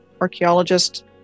archaeologist